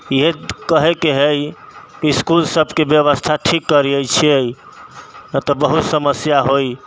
इहे कहैके हइ इसकुल सबके व्यवस्था ठीक करै छियै एतऽ बहुत समस्या हइ